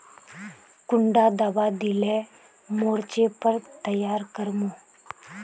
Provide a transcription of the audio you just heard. कुंडा दाबा दिले मोर्चे पर तैयारी कर मो?